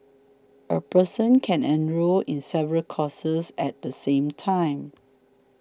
a person can enrol in several courses at the same time